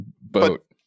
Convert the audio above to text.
boat